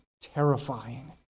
terrifying